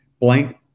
blank